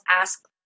ask